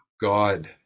God